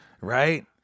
right